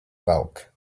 bulk